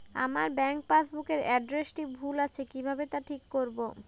আমার bank passbook এর এড্রেসটি ভুল আছে কিভাবে তা ঠিক করবো?